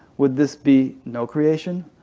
would this be no creation?